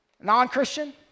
Non-Christian